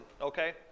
okay